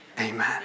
Amen